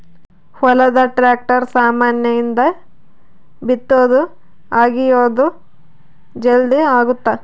ಹೊಲದ ಟ್ರಾಕ್ಟರ್ ಸಾಮಾನ್ ಇಂದ ಬಿತ್ತೊದು ಅಗಿಯೋದು ಜಲ್ದೀ ಅಗುತ್ತ